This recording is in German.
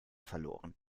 verloren